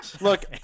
Look